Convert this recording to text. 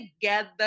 together